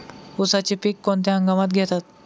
उसाचे पीक कोणत्या हंगामात घेतात?